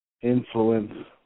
influence